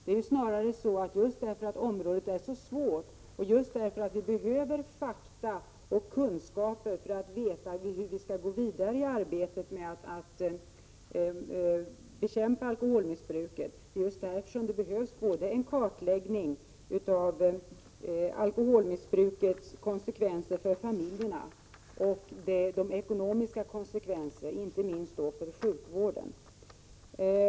Det är snarare så att just därför att området är så svårt behöver vi fakta och kunskaper för att veta hur vi skall gå vidare i arbetet med att bekämpa alkoholmissbruket. Vi behöver få en kartläggning av alkoholmissbrukets konsekvenser för familjerna och av de ekonomiska konsekvenserna inte minst för sjukvården.